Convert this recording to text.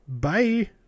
Bye